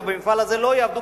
ובמפעל הזה לא יעבדו,